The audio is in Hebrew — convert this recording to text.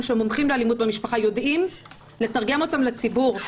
שמומחים לאלימות במשפחה יודעים לתרגם אותם לציבור.